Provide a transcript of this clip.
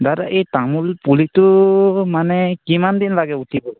দাদা এই তামোল পুলিটো মানে কিমান দিন লাগে উঠিব